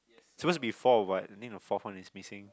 supposed to be four but I think the fourth one is missing